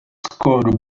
called